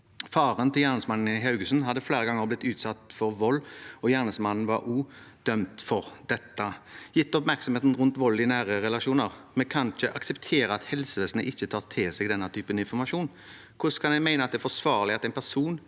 Faren til gjerningsmannen i Haugesund hadde flere ganger blitt utsatt for vold, gjerningsmannen var også dømt for dette. Gitt oppmerksomheten rundt vold i nære relasjoner: Vi kan ikke akseptere at helsevesenet ikke tar til seg denne typen informasjon. Hvordan kan man mene at det er forsvarlig at en person